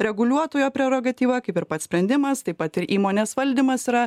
reguliuotojo prerogatyva kaip ir pats sprendimas taip pat ir įmonės valdymas yra